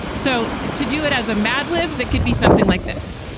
so to do it as a mad libs, that could be something like this.